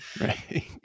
Right